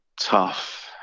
tough